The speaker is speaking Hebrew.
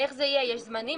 יש זמנים?